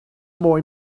more